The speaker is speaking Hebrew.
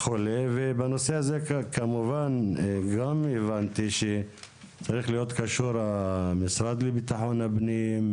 בנושא הזה כמובן גם הבנתי שצריך להיות קשור המשרד לביטחון הפנים,